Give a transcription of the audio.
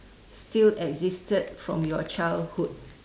still existed from your childhood